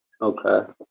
Okay